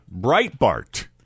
Breitbart